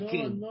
King